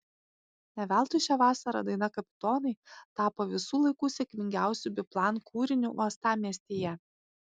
ne veltui šią vasarą daina kapitonai tapo visų laikų sėkmingiausiu biplan kūriniu uostamiestyje